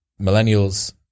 millennials